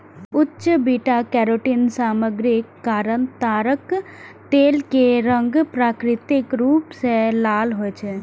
उच्च beta carotene सामग्रीक कारण ताड़क तेल के रंग प्राकृतिक रूप सं लाल होइ छै